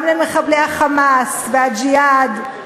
גם למחבלי ה"חמאס" ו"הג'יהאד",